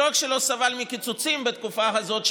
שלא רק שלא סבל מקיצוצים בתקופה הזאת,